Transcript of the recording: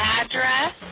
address